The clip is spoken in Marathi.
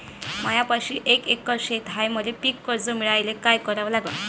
मायापाशी एक एकर शेत हाये, मले पीककर्ज मिळायले काय करावं लागन?